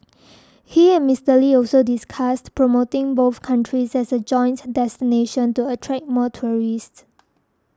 he and Mister Lee also discussed promoting both countries as a joint destination to attract more tourists